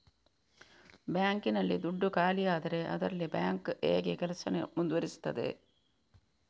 Bank ನಲ್ಲಿ ದುಡ್ಡು ಖಾಲಿಯಾದರೆ ಅದರಲ್ಲಿ ಬ್ಯಾಂಕ್ ಹೇಗೆ ಕೆಲಸ ಮುಂದುವರಿಸುತ್ತದೆ?